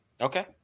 Okay